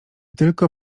tylko